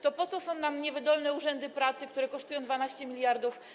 To po co są nam niewydolne urzędy pracy, które kosztują państwo 12 mld?